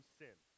sin